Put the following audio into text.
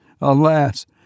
alas